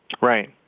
Right